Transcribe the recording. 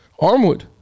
Armwood